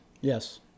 Yes